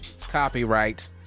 Copyright